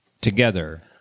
Together